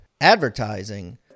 advertising